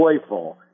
joyful